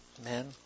Amen